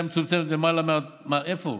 מענק השתתפות בהוצאות קבועות לעסקים